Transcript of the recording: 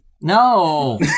No